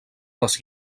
les